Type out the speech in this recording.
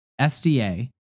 SDA